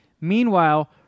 Meanwhile